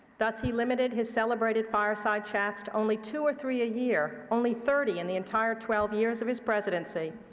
thus, he limited his celebrated fireside chats to only two or three a year, only thirty in the entire twelve years of his presidency.